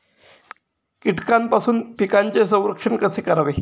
कीटकांपासून पिकांचे संरक्षण कसे करावे?